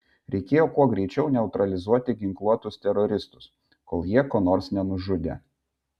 reikėjo kuo greičiau neutralizuoti ginkluotus teroristus kol jie ko nors nenužudė